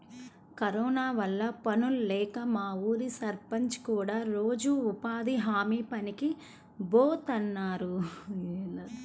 corona వల్ల పనుల్లేక మా ఊరి సర్పంచ్ కూడా రోజూ ఉపాధి హామీ పనికి బోతన్నాడు